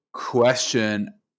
question